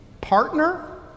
partner